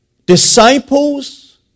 Disciples